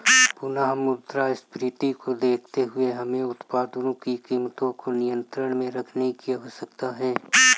पुनः मुद्रास्फीति को देखते हुए हमें उत्पादों की कीमतों को नियंत्रण में रखने की आवश्यकता है